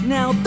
Now